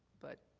but